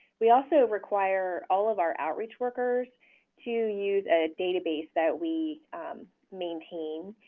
we also require all of our outreach workers to use a database that we maintain,